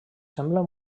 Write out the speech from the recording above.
semblen